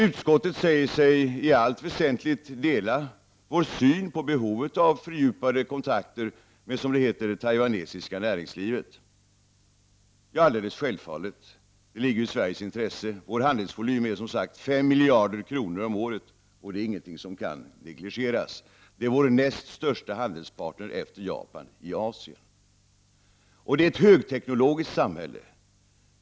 Utskottet säger sig i allt väsentligt dela vår syn på behovet av fördjupade kontakter med, som det heter, det taiwanesiska näringslivet. Alldeles självklart ligger det i Sveriges intresse. Vår handelsvolym är som sagt 5 miljarder kronor om året. Det är inte någonting som kan negligeras. Det är vår näst största handelspartner efter Japan i Asien. Det är ett högteknologiskt samhälle.